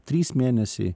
trys mėnesiai